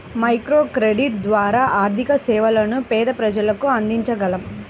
microcredit ద్వారా ఆర్థిక సేవలను పేద ప్రజలకు అందించగలం